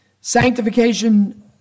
Sanctification